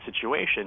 situation